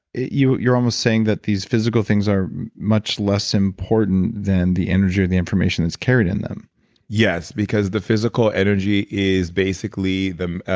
you're you're almost saying that these physical things are much less important than the energy or the information that's carried in them yes, because the physical energy is basically the.